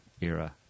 era